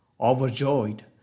Overjoyed